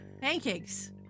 Pancakes